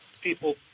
people